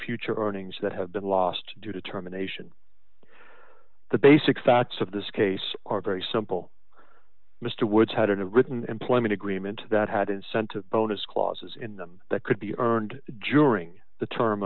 future earnings that have been lost due to terminations the basic facts of this case are very simple mr woods had a written employment agreement that had been sent to bonus clauses in them that could be earned during the term